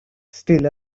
still